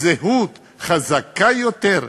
זהות חזקה יותר?